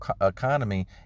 economy